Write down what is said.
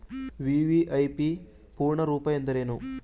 VVIP ಪೂರ್ಣ ರೂಪ ಎಂದರೇನು?